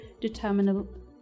determinable